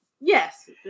Yes